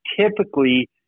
typically